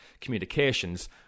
communications